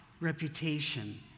reputation